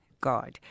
God